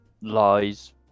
Lies